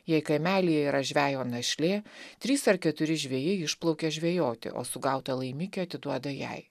jei kaimelyje yra žvejo našlė trys ar keturi žvejai išplaukia žvejoti o sugautą laimikį atiduoda jai